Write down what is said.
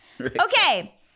Okay